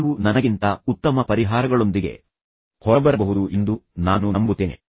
ನೀವು ನನಗಿಂತ ಉತ್ತಮ ಪರಿಹಾರಗಳೊಂದಿಗೆ ಹೊರಬರಬಹುದು ಎಂದು ನಾನು ನಂಬುತ್ತೇನೆ